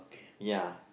ya